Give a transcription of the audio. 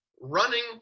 running